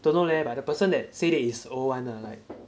don't know leh but the person that say is old one lah like